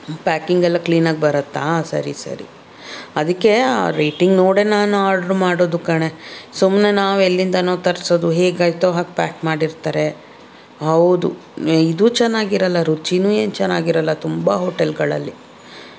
packing ಎಲ್ಲ ಕ್ಲೀನಾಗಿ ಬರತ್ತಾ ಸರಿ ಸರಿ ಅದಕ್ಕೆ ಆ ರೇಟಿಂಗ್ ನೋಡೆ ನಾನು ಆರ್ಡರ್ ಮಾಡೋದು ಕಣೆ ಸುಮ್ಮನೆ ನಾವು ಎಲ್ಲಿಂದಲೋ ತರ್ಸೋದು ಹೇಗಾಯ್ತೋ ಹಾಗೆ ಪ್ಯಾಕ್ ಮಾಡಿರ್ತಾರೆ ಹೌದು ಇದೂ ಚೆನ್ನಾಗಿರಲ್ಲ ರುಚಿಯೂ ಏನು ಚೆನ್ನಾಗಿರಲ್ಲ ತುಂಬ ಹೋಟೆಲ್ಗಳಲ್ಲಿ